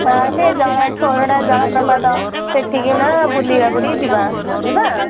ହଁ ସେ ଜଳ ସୋରଡ଼ା ଜଳପ୍ରପାତ ସେଠିକି ନା ବୁଲିବାକୁ ଟିକିଏ ଯିବା ଯିବା